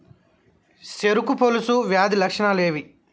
చెరుకు పొలుసు వ్యాధి లక్షణాలు ఏవి?